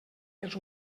els